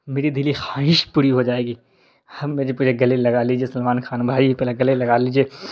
میری دلی خواہش پوری ہو جائے گی آپ مجھے گلے لگا لیجیے سلمان خان بھائی پہلے گلے لگا لیجیے